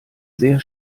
sehr